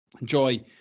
enjoy